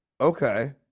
Okay